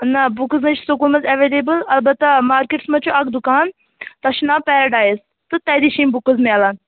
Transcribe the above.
نہَ بُکٕس نے چھُ سکوٗلٕے ایٚویلیبٕل البَتہٕ مارکیٚٹس منٛز چھُ اکھ دُکان تتھ چھُ ناو پیٚراڈایِز تہٕ تتی چھِ یِم بُکٕس میلان